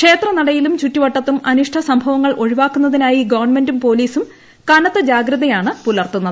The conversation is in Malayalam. ക്ഷേത്രനടയിലും ചുറ്റുവട്ടത്തും അനിഷ്ടസംഭവങ്ങൾ ഒഴിവാക്കുന്നതിനായി ഗവണ്മെന്റും പോലീസും കനത്ത ജാഗ്രതയാണ് പൂലർത്തുന്നത്